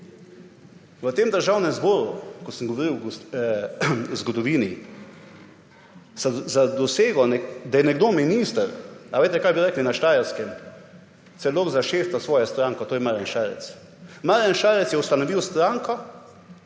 V tem državnem zboru, ko sem govoril o zgodovini, za dosego, da je nekdo minister − ali veste, kaj bi rekli na Štajerskem − da je zakšeftalsvojo stranko. To je Marjan Šarec. Marjan Šarec je ustanovil stranko,